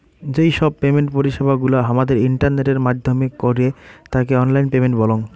যেই সব পেমেন্ট পরিষেবা গুলা হামাদের ইন্টারনেটের মাইধ্যমে কইরে তাকে অনলাইন পেমেন্ট বলঙ